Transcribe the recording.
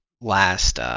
last